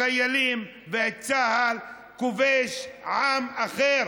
החיילים, וצה"ל כובש עם אחר,